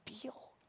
deal